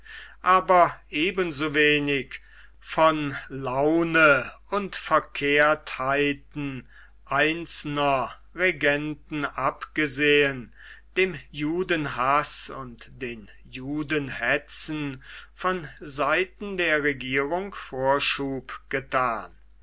aber ebensowenig von laune und verkehrtheiten einzelner regenten abgesehen dem judenhaß und den judenhetzen von seiten der regierung vorschub getan